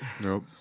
nope